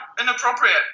inappropriate